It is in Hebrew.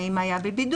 האם היה בבידוד,